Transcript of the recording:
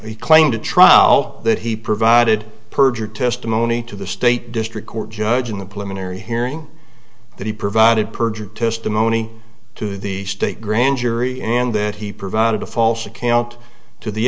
he claimed a trial that he provided perjured testimony to the state district court judge and the policeman or hearing that he provided perjured testimony to the state grand jury and that he provided a false account to the